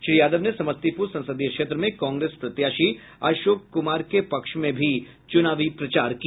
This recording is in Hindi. श्री यादव ने समस्तीपूर संसदीय क्षेत्र में कांग्रेस प्रत्याशी अशोक कुमार के पक्ष में भी चुनावी प्रचार किया